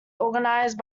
organized